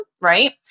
right